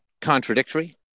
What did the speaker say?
contradictory